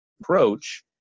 approach